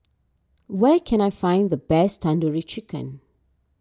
where can I find the best Tandoori Chicken